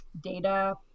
data